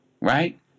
right